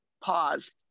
pause